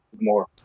more